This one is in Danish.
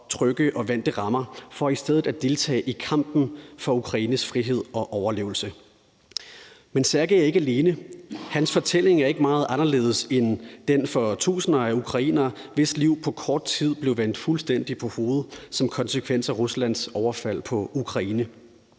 trygge og vante rammer for i stedet at deltage i kampen for Ukraines frihed og overlevelse. Men Sergey er ikke alene. Hans fortælling er ikke meget anderledes end den for tusinder af ukrainere, hvis liv på kort tid blev vendt fuldstændig på hovedet som konsekvens af Ruslands overfald på Ukraine.